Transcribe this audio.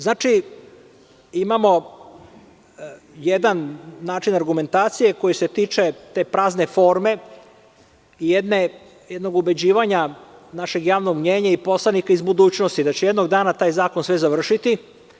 Znači, imamo jedan način argumentacije koji se tiče te prazne forme, jednog ubeđivanja našeg javnog mnjenja i poslanika iz budućnosti da će jednog dana taj zakon sve zavrišti.